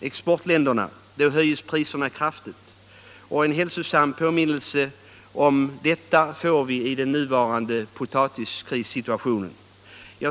exportländerna och priserna höjs kraftigt. En hälsosam påminnelse om detta har vi i den nuvarande potatiskrissituationen.